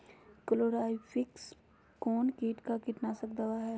Chlorpyrifos कौन किट का कीटनाशक दवा है?